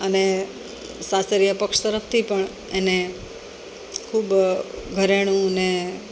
અને સાસરિયા પક્ષ તરફથી પણ એને ખૂબ ઘરેણું ને